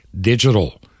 Digital